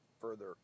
further